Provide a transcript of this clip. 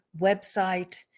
website